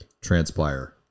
transpire